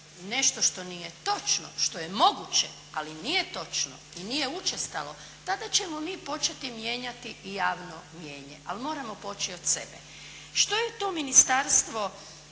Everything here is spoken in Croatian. nešto što nije točno, što je moguće, ali nije točno i nije učestalo, tada ćemo mi početi mijenjati i javno mnijenje. Ali moramo poći od sebe. Što je to ministarstvo